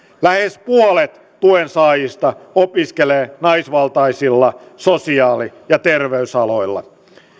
lähes puolet tuen saajista opiskelee naisvaltaisella sosiaali ja terveysalalla